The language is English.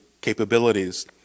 capabilities